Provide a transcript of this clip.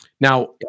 Now